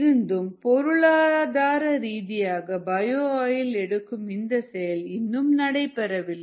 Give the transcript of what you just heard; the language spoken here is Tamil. இருந்தும் பொருளாதாரரீதியாக பயோ ஆயில் எடுக்கும் இந்த செயல் இன்னும் நடைபெறவில்லை